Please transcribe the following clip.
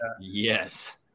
yes